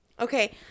Okay